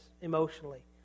emotionally